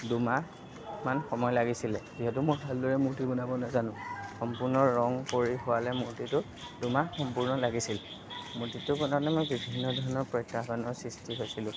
দুমাহমান সময় লাগিছিলে যিহেতু মই ভালদৰে মূৰ্তি বনাব নাজানো সম্পূৰ্ণ ৰং কৰি হোৱালৈ মূৰ্তিটো দুমাহ সম্পূৰ্ণ লাগিছিল মূৰ্তিটো বনাওঁতে মই বিভিন্ন ধৰণৰ প্ৰত্যাহ্বানৰ সৃষ্টি হৈছিলোঁ